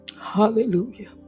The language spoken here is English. Hallelujah